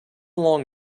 long